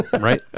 Right